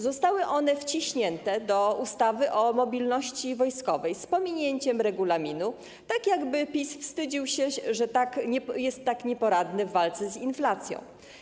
Zostały one wciśnięte do ustawy o mobilności wojskowej z pominięciem regulaminu, tak jakby PiS wstydził się, że jest tak nieporadny w walce z inflacją.